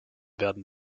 werden